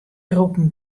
groepen